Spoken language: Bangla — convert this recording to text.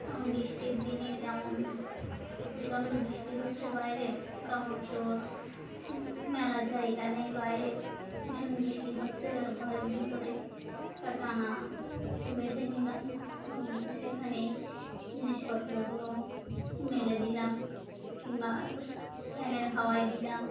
বৃষ্টির দিনে যেমন প্রচণ্ড বৃষ্টি হচ্ছে বাইরে কাপড় চোপড় মেলার জায়গা নেই বাইরে ভীষণ বৃষ্টি হচ্ছে এবার ঘরের ভিতরে একটা টানা বেঁধে নিলাম এবং সেখানেই জিনিসপত্রগুলো মেলে দিলাম কিংবা ফ্যানের হাওয়ায় দিলাম